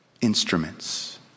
instruments